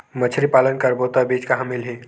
मछरी पालन करबो त बीज कहां मिलही?